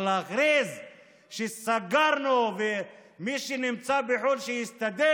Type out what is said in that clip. אבל להכריז שסגרנו ומי שנמצא בחו"ל שיסתדר?